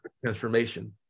transformation